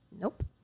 Nope